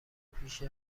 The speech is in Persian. پیش